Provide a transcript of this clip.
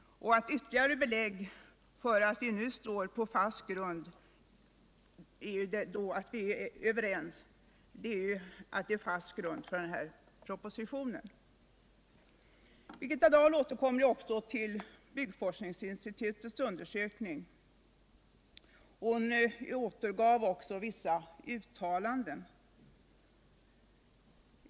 Ett ytterligare belägg för att vi är överens är all vi har on fast grund för propositionen. Birgitta Dahl återkom också till bostadsforskningsinstitutets undersökning och återgav vissa uttalanden.